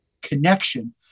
connection